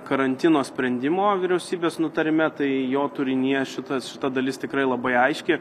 karantino sprendimo vyriausybės nutarime tai jo turinyje šitas šita dalis tikrai labai aiški